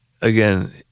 again